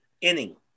inning